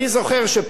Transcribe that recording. אדוני השר,